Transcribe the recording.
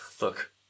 look